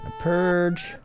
purge